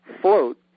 Float